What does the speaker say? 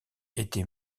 était